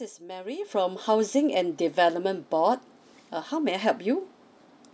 is mary from housing and development board uh how may I help you